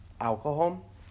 alcohol